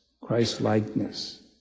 Christ-likeness